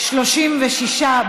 חיים ילין,